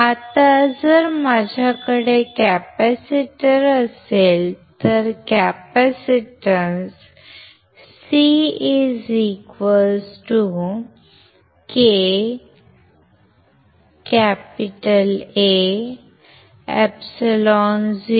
आता जर माझ्याकडे कॅपेसिटर असेल तर कॅपेसिटन्स CkAεod